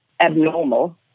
abnormal